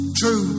true